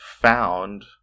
found